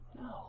No